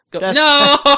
No